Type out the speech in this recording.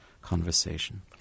conversation